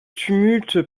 tumulte